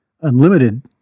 unlimited